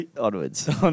Onwards